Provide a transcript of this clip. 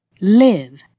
Live